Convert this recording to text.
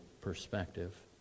perspective